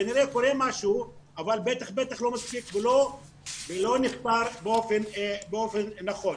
כנראה קורה משהו אבל בטח ובטח לא מספיק ולא נספר באופן נכון,